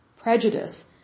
prejudice